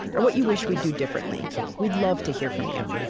or what you wish we'd do differently we'd love to hear from you!